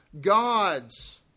gods